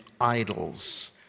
idols